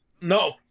No